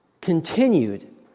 continued